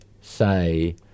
say